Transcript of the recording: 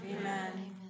Amen